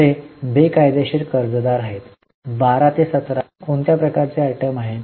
पुढे बेकायदेशीर कर्जदार आहेत 12 ते 17 कोणत्या प्रकारचे आयटम आहे